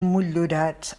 motllurats